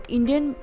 Indian